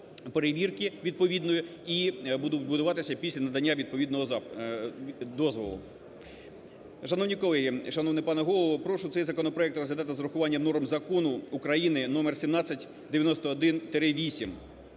перевірки відповідної і будуть будуватися після надання відповідного дозволу. Шановні колеги, шановний пане Голово, прошу цей законопроект розглядати з урахуванням норм Закону України № 1791-VIII